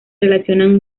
relacionan